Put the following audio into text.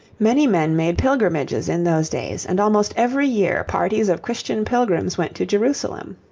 many men made pilgrimages in those days, and almost every year parties of christian pilgrims went to jerusalem.